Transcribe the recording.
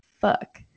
fuck